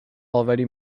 already